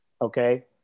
okay